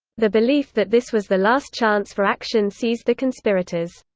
the belief that this was the last chance for action seized the conspirators.